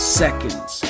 seconds